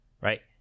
right